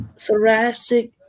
thoracic